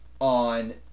on